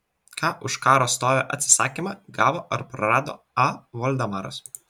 ką už karo stovio atsisakymą gavo ar prarado a voldemaras